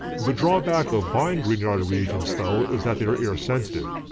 the drawback of buying grignard reagents though is that they are air sensitive.